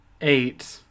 eight